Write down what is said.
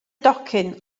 docyn